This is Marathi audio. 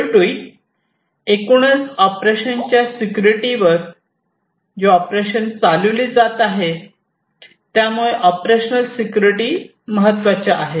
शेवटी एकूणच ऑपरेशन च्या सिक्युरिटीवर जे ऑपरेशन चालवली जात आहेत त्यामुळे ऑपरेशनल सिक्युरिटी महत्त्वाच्या आहे